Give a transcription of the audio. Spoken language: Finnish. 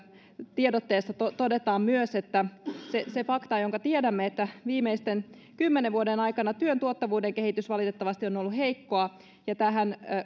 tiedotteessa todetaan myös se se fakta jonka tiedämme että viimeisten kymmenen vuoden aikana työn tuottavuuden kehitys valitettavasti on ollut heikkoa ja tähän